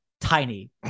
tiny